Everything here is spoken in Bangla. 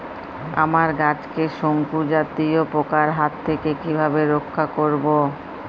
আমার গাছকে শঙ্কু জাতীয় পোকার হাত থেকে কিভাবে রক্ষা করব?